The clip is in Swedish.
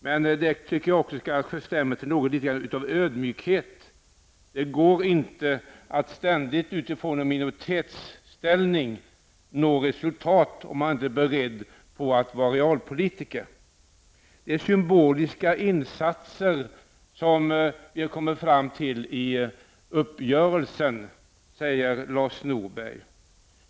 Men jag tycker också att det skall stämma er litet grand till ödmjukhet. Det går inte att från en minoritetsställning ständigt uppnå resultat, om man inte är beredd att vara realpolitiker. Det är symboliska insatser som vi kommer fram till i uppgörelsen, säger Lars Norberg.